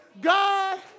God